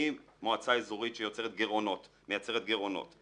ממועצה אזורית שמייצרת גירעונות,